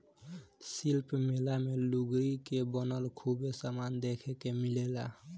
शिल्प मेला मे लुगरी के बनल खूबे समान देखे के मिलेला